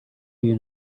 you